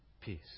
peace